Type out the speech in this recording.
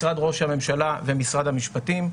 משרד ראש הממשלה ומשרד המשפטים.